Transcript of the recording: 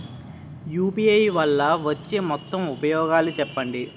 UPI వల్ల వచ్చే మొత్తం ఉపయోగాలు చెప్పండి?